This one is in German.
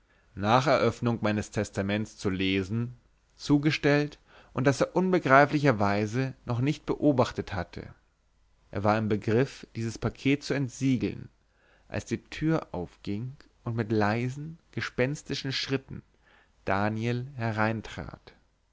nach eröffnung meines testaments zu lesen zugestellt und das er unbegreiflicherweise noch nicht beobachtet hatte er war im begriff dieses paket zu entsiegeln als die tür aufging und mit leisen gespenstischen schritten daniel hereintrat